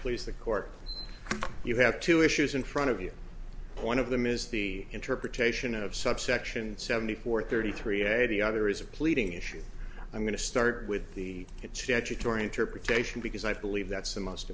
please the court you have two issues in front of you one of them is the interpretation of subsection seventy four thirty three a the other is a pleading issue i'm going to start with the chatty tory interpretation because i believe that's the most